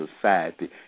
society